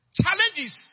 challenges